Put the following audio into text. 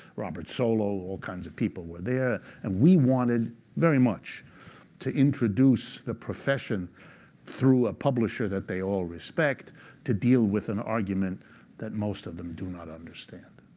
robert solo, all kinds of people were there. and we wanted very much to introduce the profession through a publisher that they all respect to deal with an argument that most of them do not understand.